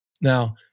Now